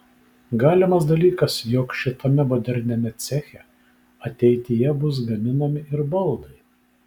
galimas dalykas jog šitame moderniame ceche ateityje bus gaminami ir baldai